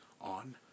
on